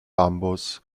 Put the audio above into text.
bambus